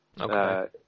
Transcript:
Okay